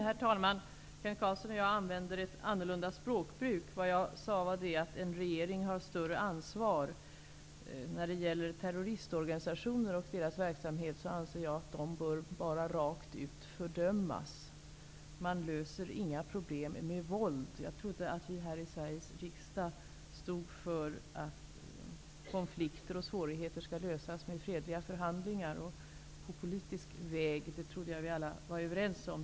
Herr talman! Kent Carlsson och jag använder olika språkbruk. Jag sade att en regering har större ansvar. När det gäller terroristorganisationer och deras verksamhet anser jag att de rakt ut bör fördömas. Man löser inga problem med våld. Jag trodde att vi här i Sveriges riksdag stod för att konflikter och svårigheter skall lösas genom fredliga förhandlingar och på politisk väg. Det trodde jag att vi alla var överens om.